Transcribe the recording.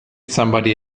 somebody